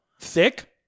Thick